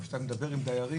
אז כשאתה מדבר עם דיירים,